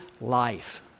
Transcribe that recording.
life